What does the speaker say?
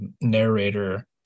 narrator